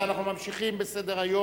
ההצעה תעבור,